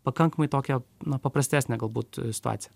pakankamai tokią na paprastesnę galbūt situaciją